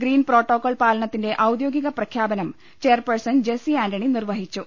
green protocol പാലനത്തിന്റെ ഔദ്യോഗിക പ്രഖ്യാപനം ചെയർപേഴ്സൺ ജെസി ആൻറണി നിർവഹിച്ചു